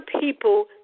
people